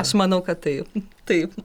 aš manau kad taip taip